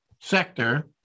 sector